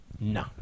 No